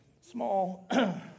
Small